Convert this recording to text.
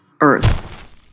earth